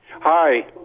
Hi